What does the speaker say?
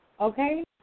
Okay